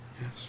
Yes